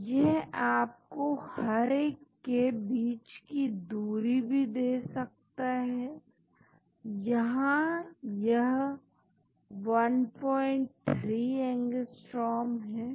तो यह आपको हर एक के बीच की दूरी भी दे सकता है यहां यह 13 A है